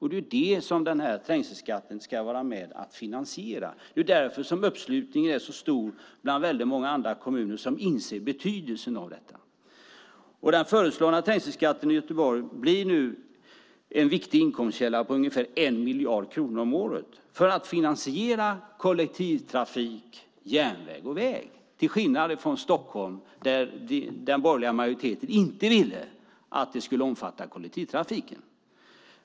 Det är det som trängselskatten ska vara med och finansiera. Det är därför uppslutningen är så stor bland många andra kommuner, som inser betydelsen av detta. Den föreslagna trängselskatten i Göteborg blir nu en viktig inkomstkälla på ungefär 1 miljard kronor om året för att finansiera kollektivtrafik, järnväg och väg till skillnad från Stockholm där den borgerliga majoriteten inte ville att kollektivtrafiken skulle omfattas.